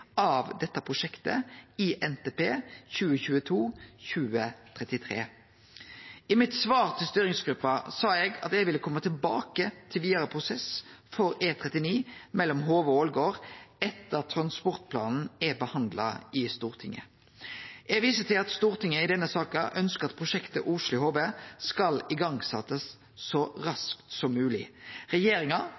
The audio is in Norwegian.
av dette prosjektet i NTP 2022–2033. I mitt svar til styringsgruppa sa eg at eg ville kome tilbake til vidare prosess for E39 mellom Hove og Ålgård etter at transportplanen er behandla i Stortinget. Eg viser til at Stortinget i denne saka ønskjer at prosjektet Osli–Hove skal setjast i gang så raskt som mogleg. Regjeringa